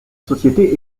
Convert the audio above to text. société